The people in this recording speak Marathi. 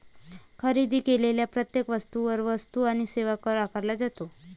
खरेदी केलेल्या प्रत्येक वस्तूवर वस्तू आणि सेवा कर आकारला जातो